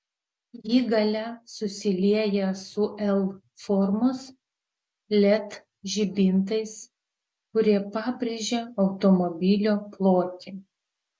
ji gale susilieja su l formos led žibintais kurie pabrėžia automobilio plotį